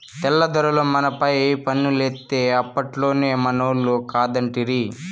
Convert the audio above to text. తెల్ల దొరలు మనపైన పన్నులేత్తే అప్పట్లోనే మనోళ్లు కాదంటిరి